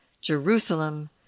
jerusalem